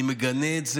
אני מגנה את זה.